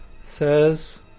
says